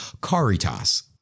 Caritas